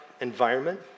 environment